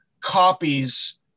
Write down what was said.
copies